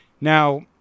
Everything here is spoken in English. now